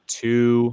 two